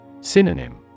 Synonym